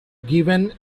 given